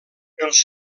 els